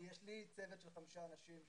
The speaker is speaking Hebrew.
יש לי צוות של חמישה אנשים,